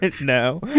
No